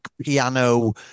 piano